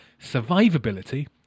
survivability